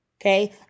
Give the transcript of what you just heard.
Okay